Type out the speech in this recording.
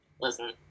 Listen